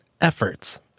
efforts